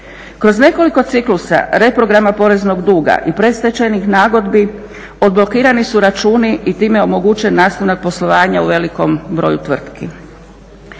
Kroz nekoliko ciklusa reprograma poreznog duga i predstečajnih nagodbi odblokirani su računi i time je omogućen nastavak poslovanja u velikom broju tvrtki.